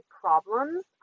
problems